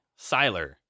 Siler